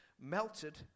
melted